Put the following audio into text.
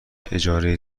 اجاره